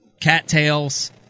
cattails